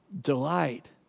delight